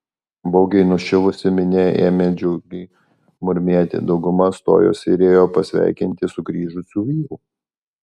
baugiai nuščiuvusi minia ėmė džiugiai murmėti dauguma stojosi ir ėjo pasveikinti sugrįžusių vyrų